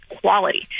quality